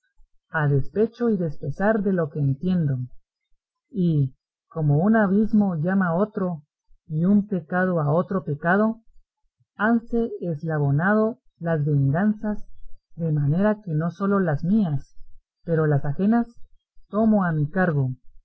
a despecho y pesar de lo que entiendo y como un abismo llama a otro y un pecado a otro pecado hanse eslabonado las venganzas de manera que no sólo las mías pero las ajenas tomo a mi cargo